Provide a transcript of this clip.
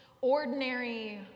Ordinary